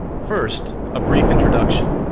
first, a brief introduction.